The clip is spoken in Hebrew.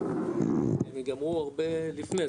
הם יגמרו הרבה לפני זה,